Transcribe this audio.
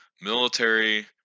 military